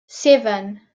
seven